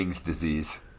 disease